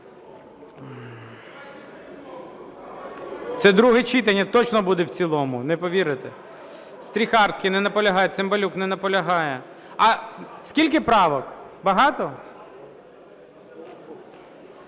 Це друге читання, точно буде в цілому, не повірите. Стріхарський. Не наполягає. Цимбалюк. Не наполягає. Скільки правок? Багато?